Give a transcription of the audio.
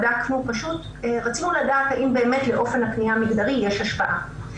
בדקנו ופשוט רצינו לדעת האם באמת לאופן הפנייה המגדרי יש השפעה.